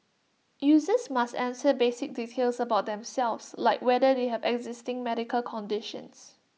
users must answer basic details about themselves like whether they have existing medical conditions